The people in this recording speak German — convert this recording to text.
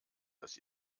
dass